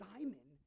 Simon